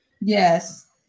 Yes